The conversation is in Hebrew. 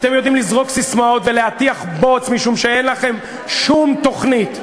אתם יודעים לזרוק ססמאות ולהטיח בוץ משום שאין לכם שום תוכנית,